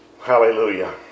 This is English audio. Hallelujah